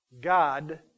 God